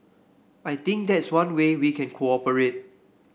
I think that's one way we can cooperate